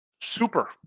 super